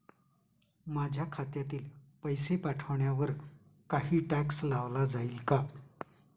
माझ्या खात्यातील पैसे पाठवण्यावर काही टॅक्स लावला जाईल का?